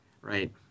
Right